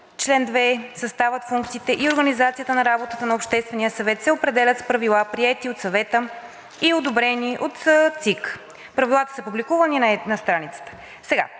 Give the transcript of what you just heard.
Чл. 2 – Съставът, функциите и организацията на работата на Обществения съвет се определят с правила, приети от Съвета и одобрени от ЦИК.“ Правилата са публикувани на страницата. Сега